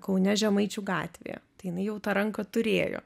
kaune žemaičių gatvėje tai jinai jau tą ranką turėjo